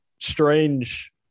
strange –